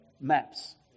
maps